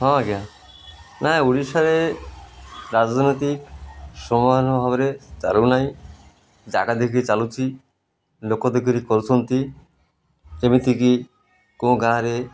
ହଁ ଆଜ୍ଞା ନାଇଁ ଓଡ଼ିଶାରେ ରାଜନୈତିକ ସମାଧାନ ଭାବରେ ଚାଲିନାହିଁ ଜାଗା ଦେଖିକି ଚାଲୁଛିି ଲୋକ ଦେଖିକି କରୁଛନ୍ତି ଯେମିତିକି କେଉଁ ଗାଁରେ